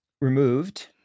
removed